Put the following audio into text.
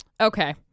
Okay